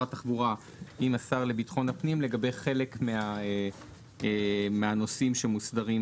התחבורה עם השר לביטחון הפנים לגבי חלק מהנושאים שמוסדרים